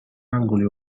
angoli